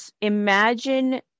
imagine